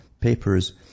papers